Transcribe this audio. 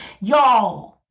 Y'all